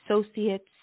associates